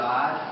God